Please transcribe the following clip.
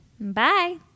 Bye